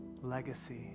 legacy